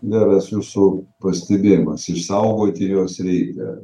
geras jūsų pastebėjimas išsaugoti juos reikia